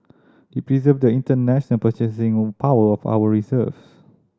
it preserve the international purchasing power of our reserves